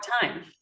time